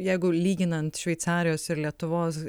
jeigu lyginant šveicarijos ir lietuvos